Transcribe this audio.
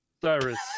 Cyrus